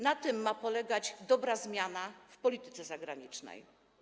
Na tym ma polegać dobra zmiana w polityce zagranicznej.